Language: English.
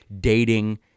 dating